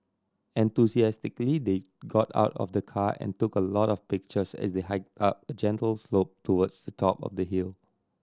enthusiastically they got out of the car and took a lot of pictures as they hiked up a gentle slope towards the top of the hill